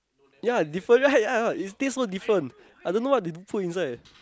ya different right ya ya it tastes so different I don't know what they put inside